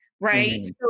Right